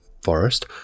forest